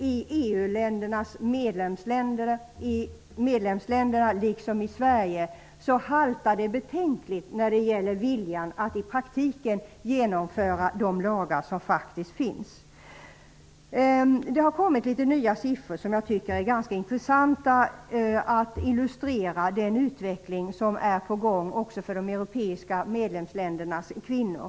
I EU:s medlemsländer liksom i Sverige haltar det betänkligt när det gäller viljan att praktiskt genomföra de lagar som faktiskt finns. Det har kommit en del nya siffror som jag tycker är ganska intressanta, eftersom de illustrerar den utveckling som är på gång också för EU medlemsländernas kvinnor.